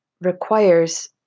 requires